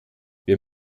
wir